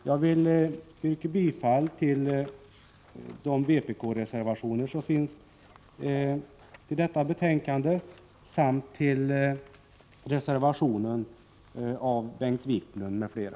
Jag vill yrka bifall till vpk:s reservationer vid detta betänkande samt till reservation 9 av Bengt Wiklund m.fl.